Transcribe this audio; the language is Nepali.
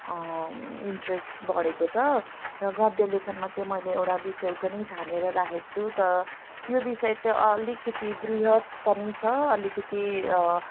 इन्टरेस्ट बढेको छ र गद्यलेखनमा चाहिँ मैले एउटा विषय पनि छानेर राखेको छु तर त्यो विषय चाहिँ अलिकति बृहद् पनि छ अलिकति